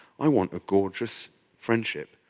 i want a gorgeous friendship